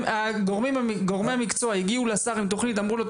גורמי המקצוע הגיעו לשר עם תכנית ואמרו לו,